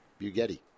Bugatti